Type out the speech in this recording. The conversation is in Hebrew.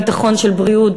ביטחון של בריאות,